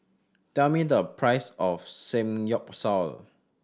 tell me the price of Samgyeopsal